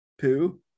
poo